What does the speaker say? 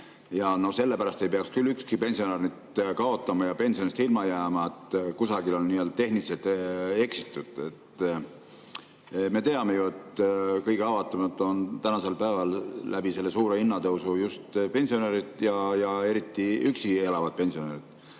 Sellepärast ei peaks küll ükski pensionär kaotama ja pensionist ilma jääma, et kusagil on tehniliselt eksitud. Me teame ju, et kõige haavatavamad on tänasel päeval selle suure hinnatõusu tõttu just pensionärid ja eriti üksi elavad pensionärid.